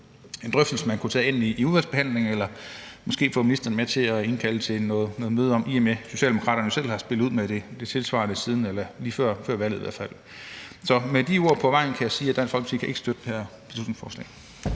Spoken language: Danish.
en drøftelse, man kunne tage med ind i udvalgsbehandlingen, eller vi kunne måske få ministeren til at indkalde til møde om det, i og med at Socialdemokraterne selv har spillet ud med noget tilsvarende lige før valget. Med de ord på vejen kan jeg sige, at Dansk Folkeparti ikke kan støtte det her beslutningsforslag.